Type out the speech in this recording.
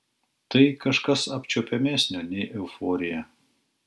tai kažkas apčiuopiamesnio nei euforija